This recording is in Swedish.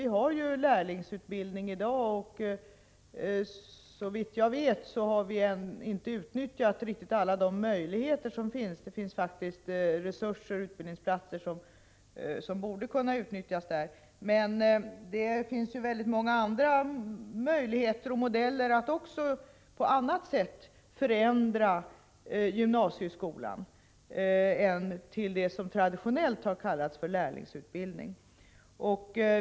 Vi har ju lärlingsutbildning i dag, och såvitt jag vet har vi inte utnyttjat alla de möjligheter som finns. Det finns faktiskt resurser, utbildningsplatser, som borde kunna utnyttjas där. Men det finns också många andra möjligheter och modeller för att på annat sätt förändra gymnasieskolan än till det som traditionellt har kallats för lärlingsutbildning.